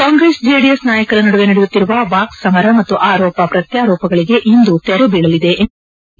Congress JDS ನಾಯಕರ ನಡುವೆ ನಡೆಯುತ್ತಿರುವ ವಾಕ್ಸಮರ ಮತ್ತು ಆರೋಪ ಪ್ರತ್ಯಾರೋಪಗಳಿಗೆ ಇಂದು ತೆರೆಬೀಳಲಿದೆ ಎಂದು ಜೆಡಿಎಸ್ ಮುಖಂಡ ಜಿ